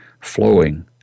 Flowing